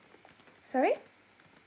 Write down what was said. sorry